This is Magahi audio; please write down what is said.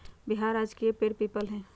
बिहार के राजकीय पेड़ पीपल हई